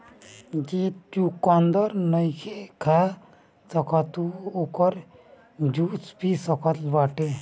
जे चुकंदर नईखे खा सकत उ ओकर जूस पी सकत बाटे